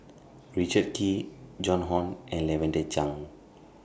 Richard Kee Joan Hon and Lavender Chang